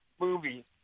movie